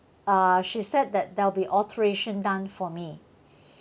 uh she said that there will be alteration done for me